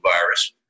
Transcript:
virus